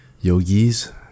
yogis